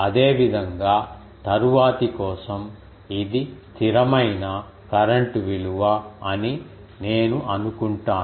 అదేవిధంగా తరువాతి కోసం ఇది స్థిరమైన కరెంట్ విలువ అని నేను అనుకుంటాను